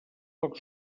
poc